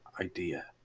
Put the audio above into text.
idea